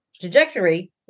trajectory